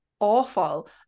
awful